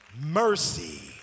mercy